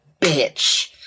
bitch